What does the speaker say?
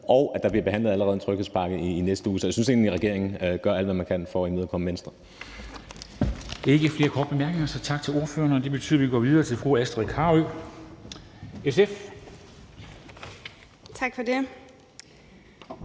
bliver behandlet allerede i næste uge. Så jeg synes egentlig, at regeringen gør alt, hvad den kan, for at imødekomme Venstre.